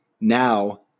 now